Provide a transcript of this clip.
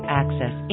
access